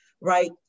right